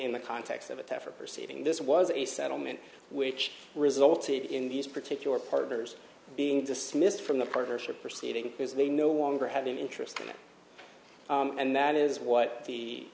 in the context of a tougher perceiving this was a settlement which resulted in these particular partners being dismissed from the partnership proceeding because they no longer have an interest in it and that is what the